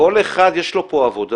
כל אחד, יש לו פה עבודה.